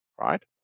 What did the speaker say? right